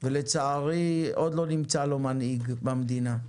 גוסס ולצערי עוד לא נמצא לו מנהיג במדינה,